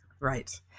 Right